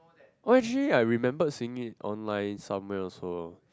oh actually I remember seeing it online somewhere also